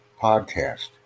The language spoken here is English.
podcast